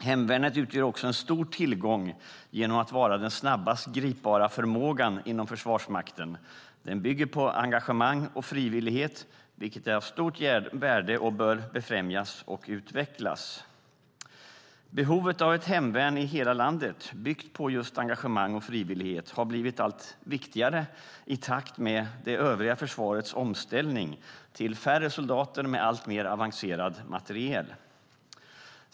Hemvärnet utgör också en stor tillgång genom att vara den snabbast gripbara förmågan inom Försvarsmakten. Den bygger på engagemang och frivillighet, vilket är av stort värde och bör främjas och utvecklas. Behovet av ett hemvärn i hela landet, byggt på just engagemang och frivillighet, har blivit allt viktigare i takt med det övriga försvarets omställning till färre soldater med alltmer avancerad materiel.